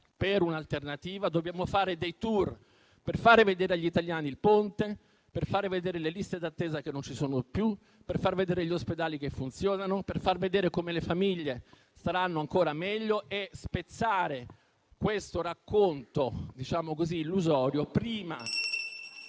per un'alternativa. Dobbiamo organizzare dei *tour*, per fare vedere agli italiani il Ponte, per fare vedere le liste d'attesa che non ci sono più, per far vedere gli ospedali che funzionano, per far vedere come le famiglie staranno ancora meglio e spezzare questo racconto illusorio prima